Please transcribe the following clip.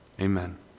Amen